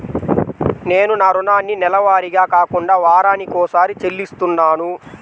నేను నా రుణాన్ని నెలవారీగా కాకుండా వారానికోసారి చెల్లిస్తున్నాను